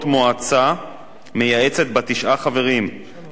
מייעצת בת תשעה חברים אשר סמכויותיה הן,